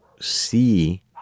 see